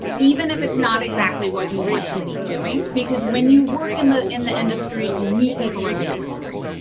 even if it's not exactly what you want to be doing. because when you work in the in the industry you meet people in the industry.